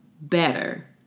better